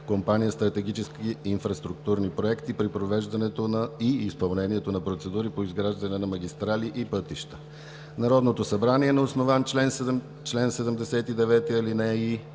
компания „Стратегически инфраструктурни проекти“ при провеждането и изпълнението на процедури по изграждане на магистрали и пътища. Народното събрание, на основание чл. 79, ал.